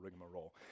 rigmarole